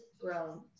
grown